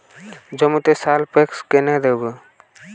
জমিতে সালফেক্স কেন দেবো?